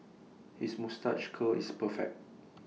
his moustache curl is perfect